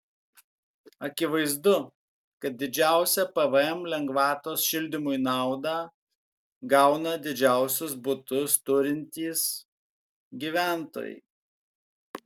akivaizdu kad didžiausią pvm lengvatos šildymui naudą gauna didžiausius butus turintys gyventojai